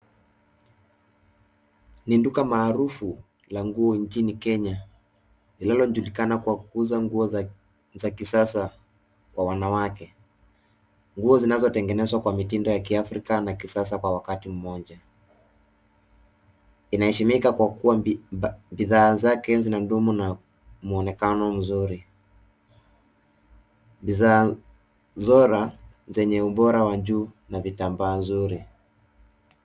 Ni duka maarufu la nguo nchini Kenya linalojulikana kwa kuuza nguo za kisasa kwa wanawake. Nguo zinazotengenezwa kwa mitindo ya kiafrika na kisasa kwa wakati mmoja. Inaheshimika kwa kuwa bidhaa zake zina dumu na mwonekano mzuri. Bidhaa zora zenye ubora wa juu na vitambaa nzuri.